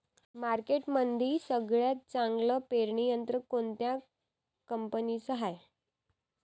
मार्केटमंदी सगळ्यात चांगलं पेरणी यंत्र कोनत्या कंपनीचं हाये?